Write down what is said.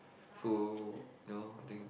so ya loh I think